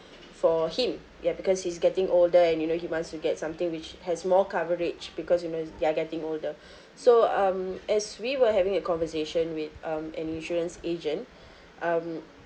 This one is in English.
for him ya because he's getting older and you know he wants to get something which has more coverage because you know they're getting older so um as we were having a conversation with um an insurance agent um